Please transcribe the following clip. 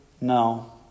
No